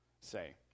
say